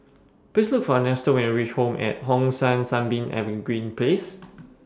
Please Look For Ernesto when YOU REACH Home At Hong San Sunbeam Evergreen Place